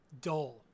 dull